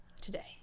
today